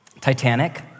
Titanic